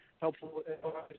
helpful